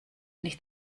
nicht